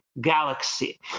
galaxy